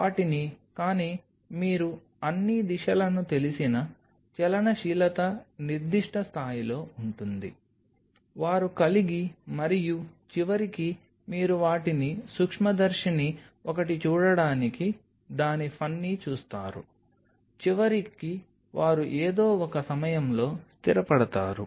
వాటిని కానీ మీరు అన్ని దిశలను తెలిసిన చలనశీలత నిర్దిష్ట స్థాయిలో ఉంటుంది వారు కలిగి మరియు చివరికి మీరు వాటిని సూక్ష్మదర్శిని ఒకటి చూడటానికి దాని ఫన్నీ చూస్తారు చివరికి వారు ఏదో ఒక సమయంలో స్థిరపడతారు